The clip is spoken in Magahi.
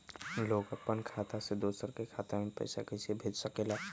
लोग अपन खाता से दोसर के खाता में पैसा कइसे भेज सकेला?